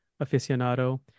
aficionado